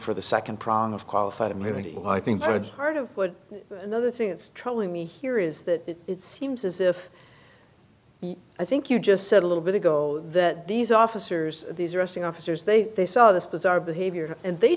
for the second prong of qualified immunity i think i've heard of but another thing that's troubling me here is that it seems as if i think you just said a little bit ago that these officers these arresting officers they they saw this bizarre behavior and they